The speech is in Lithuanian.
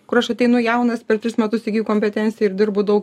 kur aš ateinu jaunas per tris metus įgyju kompetenciją ir dirbu daug